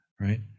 Right